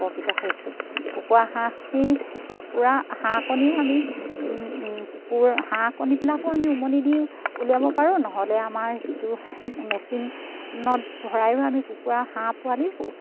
উপকৃত হৈছোঁ কুকুৰা হাঁহখিনি কুকুৰা হাঁহ কণীও আমি কুকুৰা হাঁহ কণীবিলাকো আমি উমনি দিওঁ উলিয়াব পাৰোঁ নহ'লে আমাৰ যিটো মেচিনত ভৰাও আমি কুকুৰা হাঁহ পোৱালি